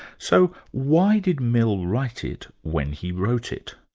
so why did mill write it when he wrote it?